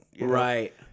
Right